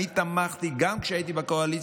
אני תמכתי בהצעת החוק הזאת גם כשהייתי בקואליציה.